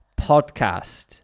podcast